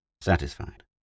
satisfied